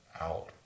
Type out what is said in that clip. out